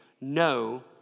no